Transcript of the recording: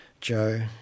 joe